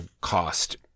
cost